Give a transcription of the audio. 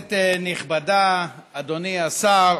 כנסת נכבדה, אדוני השר,